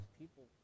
people